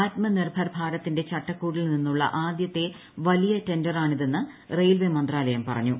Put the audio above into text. ആത്മനിർഭർ ഭാരതിന്റെ ചട്ടക്കൂടിൽ നിന്നുള്ള ആദൃത്തെ വലിയ ടെൻഡറാണിതെന്ന് റെയിൽവേ മന്ത്രാലയം പറഞ്ഞു